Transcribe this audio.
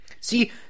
see